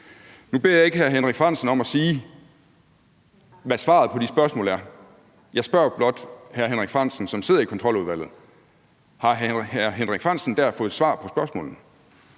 Nu beder jeg ikke hr. Henrik Frandsen om at sige, hvad svaret på de spørgsmål er, men jeg spørger blot hr. Henrik Frandsen, som sidder i Kontroludvalget, om hr. Henrik Frandsen dér har fået svar på spørgsmålene.